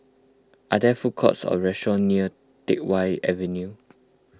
are there food courts or restaurants near Teck Whye Avenue